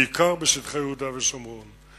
בעיקר בשטחי יהודה ושומרון.